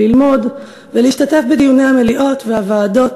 ללמוד ולהשתתף בדיוני המליאה והוועדות